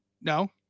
No